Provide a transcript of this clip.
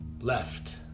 left